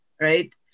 right